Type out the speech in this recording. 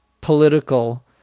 political